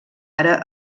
ara